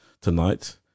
tonight